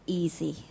easy